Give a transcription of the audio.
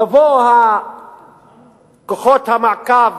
יבואו כוחות המעקב.